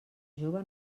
jove